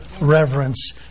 reverence